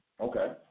Okay